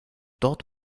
dort